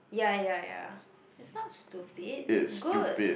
ya ya ya it's not stupid it's good